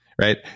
right